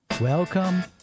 Welcome